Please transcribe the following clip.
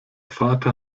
vater